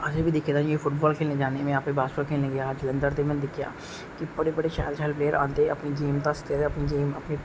असें बी दिक्खे दा ऐ जियां फुटवाल खेलन जाने उस में दिक्खेआ बडे़ बडे़ शैल प्लेयर आंदे ते अपनी गेम दसदे ना